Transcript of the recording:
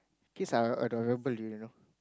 kids are adorable you know